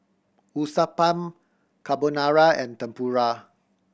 Uthapam Carbonara and Tempura